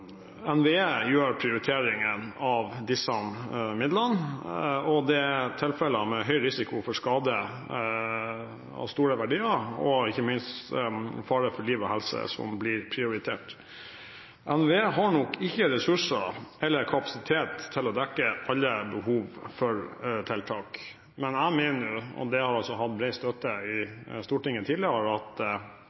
tilfeller med høy risiko for skade av store verdier og ikke minst fare for liv og helse som blir prioritert. NVE har nok ikke ressurser eller kapasitet til å dekke alle behov for tiltak, men jeg mener – og det har altså hatt bred støtte i Stortinget tidligere – at